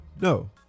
No